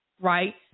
right